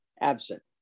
absent